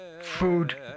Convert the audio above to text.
Food